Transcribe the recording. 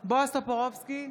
בועז טופורובסקי,